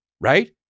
Right